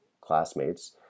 classmates